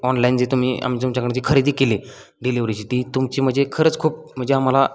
online जे तुम्ही आमच्या तुमच्याकडून जे खरेदी केली डिलेवरीची ती तुमची म्हणजे खरंच खूप म्हणजे आम्हाला